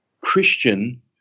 Christian